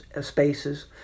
Spaces